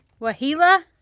Wahila